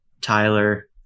Tyler